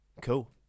cool